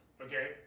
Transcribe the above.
okay